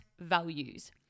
values